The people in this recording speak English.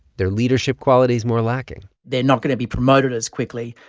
their leadership qualities more lacking they're not going to be promoted as quickly,